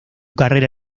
carrera